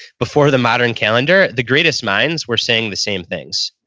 before the modern calendar, the greatest minds were saying the same things.